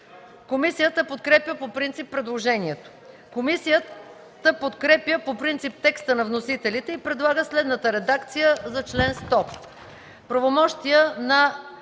Комисията подкрепя по принцип предложението. Комисията подкрепя по принцип текста на вносителите и предлага следната редакция за чл.